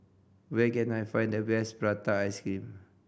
where can I find the best prata ice cream